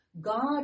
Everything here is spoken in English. God